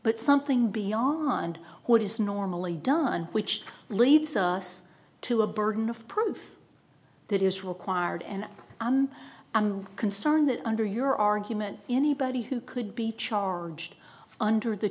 but something beyond what is normally done which leads us to a burden of proof that is required and i'm concerned that under your argument anybody who could be charged under the